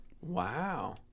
Wow